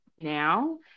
now